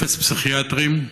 אפס פסיכיאטרים,